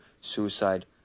suicide